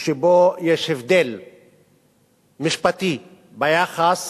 שבו יש הבדל משפטי ביחס